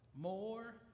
more